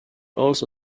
also